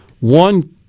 One